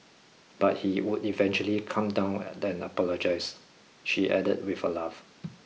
but he would eventually calm down and then apologise she added with a laugh